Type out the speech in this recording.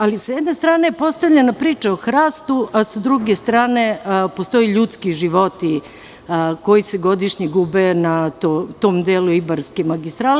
Ali, sa jedne strane je postavljena priča o hrastu, a sa druge strane postoje ljudski životi koji se godišnje gube na tom delu Ibarske magistrale.